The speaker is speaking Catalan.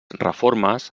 reformes